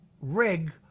rig